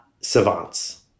savants